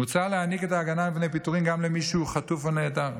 מוצע להעניק את ההגנה מפני פיטורים גם למי שהוא חטוף או נעדר,